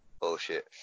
Bullshit